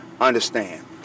Understand